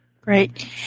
Great